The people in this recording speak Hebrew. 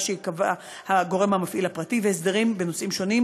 שיקבע הגורם המפעיל הפרטי והסדרים בנושאים שונים,